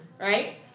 right